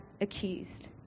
accused